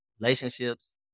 relationships